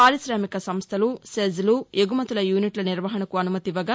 పార్కిశామిక సంస్థలు సెజ్లు ఎగుమతుల యూనిట్ల నిర్వహణకు అనుమతివ్వగా